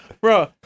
bro